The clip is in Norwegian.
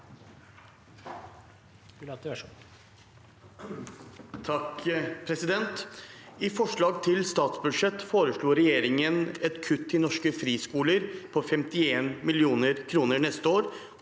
I forslag til stats- budsjett foreslår regjeringen et kutt til norske friskoler på 51 mill. kr neste år